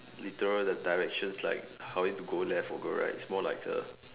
literal the directions like how you need to go left or go right it's more like a